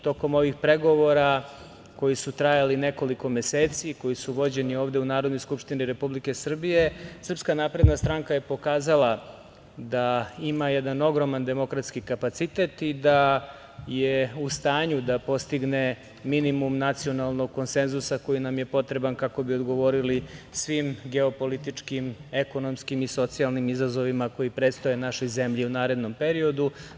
Tokom ovih pregovora koji su trajali nekoliko meseci, koji su vođeni ovde u Narodnoj skupštini Republike Srbije, SNS je pokazala da ima jedan ogroman demokratski kapacitet i da je u stanju da postigne minimum nacionalnog konsenzusa koji nam je potreban kako bi odgovorili svim geopolitičkim, ekonomskim i socijalnim izazovima koji predstoje našoj zemlji u narednom periodu.